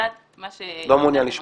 לא מעוניין לשמוע.